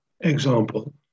example